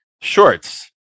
shorts